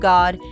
God